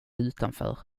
utanför